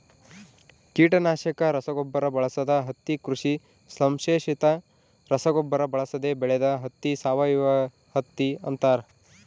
ಕೀಟನಾಶಕ ರಸಗೊಬ್ಬರ ಬಳಸದ ಹತ್ತಿ ಕೃಷಿ ಸಂಶ್ಲೇಷಿತ ರಸಗೊಬ್ಬರ ಬಳಸದೆ ಬೆಳೆದ ಹತ್ತಿ ಸಾವಯವಹತ್ತಿ ಅಂತಾರ